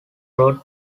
road